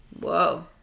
Whoa